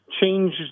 change